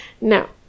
Now